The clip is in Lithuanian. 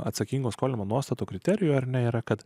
atsakingo skolinimo nuostatų kriterijų ar nėra kad